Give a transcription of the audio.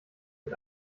mit